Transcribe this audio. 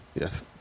Yes